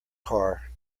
car